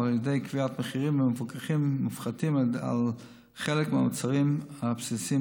או על ידי קביעת מחירים מפוקחים ומופחתים על חלק מהמוצרים הבסיסיים,